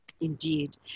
indeed